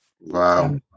Wow